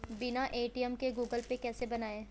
बिना ए.टी.एम के Google Pay कैसे बनायें?